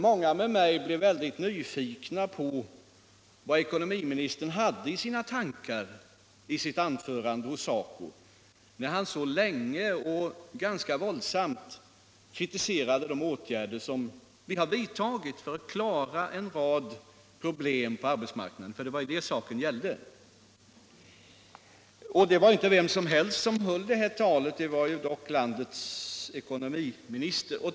Många blev liksom jag mycket nyfikna på vad ekonomiministern hade i tankarna när han i sitt anförande hos SACO/SR så länge och ganska våldsamt kritiserade de åtgärder som vi har vidtagit för att klara en rad problem på arbetsmarknaden. Det var ju det saken gällde. Och det var inte vem som helst som höll detta tal — det var dock landets ekonomiminister.